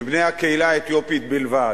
מבני הקהילה האתיופית בלבד,